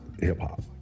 hip-hop